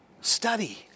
study